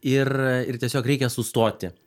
ir ir tiesiog reikia sustoti